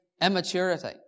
immaturity